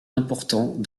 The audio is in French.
importants